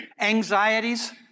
Anxieties